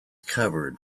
covered